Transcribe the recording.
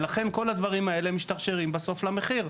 לכן כל הדברים האלה משתרשרים בסוף למחיר.